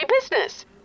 business